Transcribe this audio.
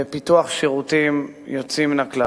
בפיתוח שירותים יוצאים מן הכלל.